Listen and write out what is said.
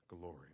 glory